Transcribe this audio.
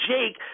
Jake